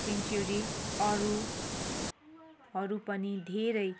sanctuary अरूहरू पनि धेरै